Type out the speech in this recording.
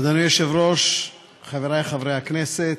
אדוני היושב-ראש, חברי חברי הכנסת,